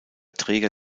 träger